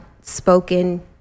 spoken